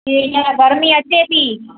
ऐं हीअंर गर्मी अचे थी